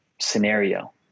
scenario